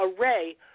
array